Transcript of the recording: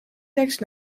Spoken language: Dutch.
tekst